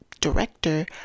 director